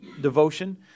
devotion